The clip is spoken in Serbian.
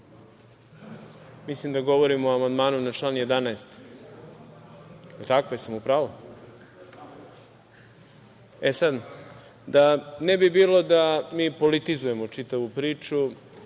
11.Mislim da govorimo o amandmanu na član 11. Jel tako, jesam u pravu?E, sada, da ne bi bilo da mi politizujemo čitavu priču